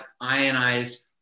ionized